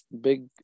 big